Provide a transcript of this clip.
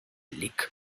lic